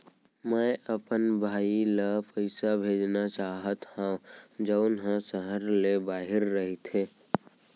मै अपन भाई ला पइसा भेजना चाहत हव जऊन हा सहर ले बाहिर रहीथे